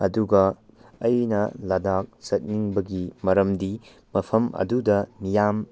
ꯑꯗꯨꯒ ꯑꯩꯅ ꯂꯗꯥꯛ ꯆꯠꯅꯤꯡꯕꯒꯤ ꯃꯔꯝꯗꯤ ꯃꯐꯝ ꯑꯗꯨꯗ ꯃꯤꯌꯥꯝ